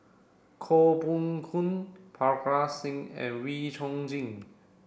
Koh Poh Koon Parga Singh and Wee Chong Jin